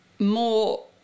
More